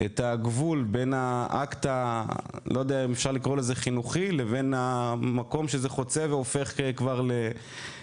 את הגבול בין האקט הזה לבין המקום שזה חוצה והופך להתעללות?